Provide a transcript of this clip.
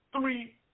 three